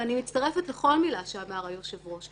אני מצטרפת לכל מילה שאמר היושב-ראש.